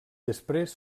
després